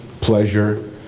pleasure